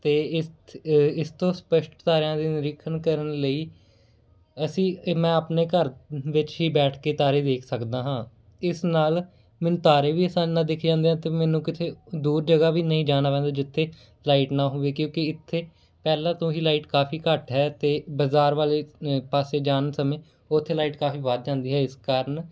ਅਤੇ ਇਸ ਇਸ ਤੋਂ ਸਪਸ਼ਟਤਾ ਰਹਿਣ ਦੀ ਨਿਰੀਖਣ ਕਰਨ ਲਈ ਅਸੀਂ ਇਹ ਮੈਂ ਆਪਣੇ ਘਰ ਵਿੱਚ ਹੀ ਬੈਠ ਕੇ ਤਾਰੇ ਦੇਖ ਸਕਦਾ ਹਾਂ ਇਸ ਨਾਲ ਮੈਨੂੰ ਤਾਰੇ ਵੀ ਆਸਾਨੀ ਨਾਲ ਦਿੱਖ ਜਾਂਦੇ ਹੈ ਅਤੇ ਮੈਨੂੰ ਕਿਤੇ ਦੂਰ ਜਗ੍ਹਾ ਵੀ ਨਹੀਂ ਜਾਣਾ ਪੈਂਦਾ ਜਿੱਥੇ ਲਾਈਟ ਨਾ ਹੋਵੇ ਕਿਉਂਕੀ ਇੱਥੇ ਪਹਿਲਾਂ ਤੋਂ ਹੀ ਲਾਈਟ ਕਾਫੀ ਘੱਟ ਹੈ ਅਤੇ ਬਾਜ਼ਾਰ ਵਾਲੇ ਪਾਸੇ ਜਾਨ ਸਮੇਂ ਉੱਥੇ ਲਾਈਟ ਕਾਫੀ ਵੱਧ ਜਾਂਦੀ ਹੈ ਇਸ ਕਾਰਨ